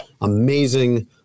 amazing